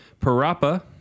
Parappa